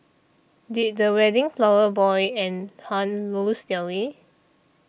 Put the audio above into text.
did the wedding flower boy and Hun lose their way